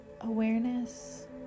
awareness